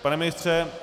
Pane ministře?